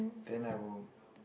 than I will